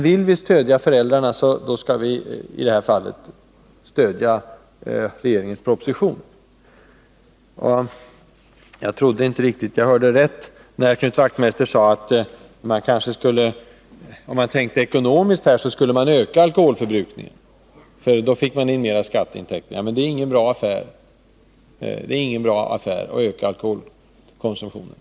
Vill vi stödja föräldrarna i detta fall skall vi rösta för regeringens proposition. Jag trodde inte att jag hörde riktigt rätt när Knut Wachtmeister sade att man, om man skulle tänka ekonomiskt, skulle öka alkoholförbrukningen. Det är inte en bra affär att öka alkoholkonsumtionen.